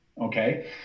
Okay